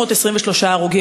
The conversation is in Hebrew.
323 הרוגים,